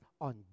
on